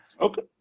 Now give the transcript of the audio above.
okay